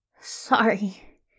Sorry